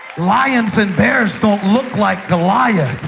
lions and bears don't look like goliath,